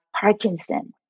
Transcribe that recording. Parkinson